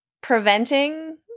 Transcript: preventing